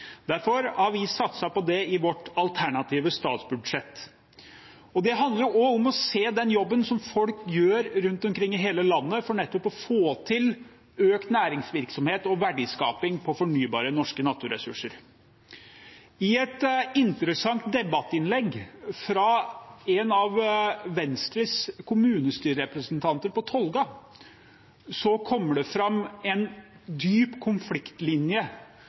Derfor har vi satset på det i vårt alternative statsbudsjett. Det handler også om å se den jobben folk gjør rundt omkring i hele landet for nettopp å få til økt næringsvirksomhet og verdiskaping på fornybare norske naturressurser. I et interessant debattinnlegg fra en av Venstres kommunestyrerepresentanter i Tolga kommer det fram en dyp konfliktlinje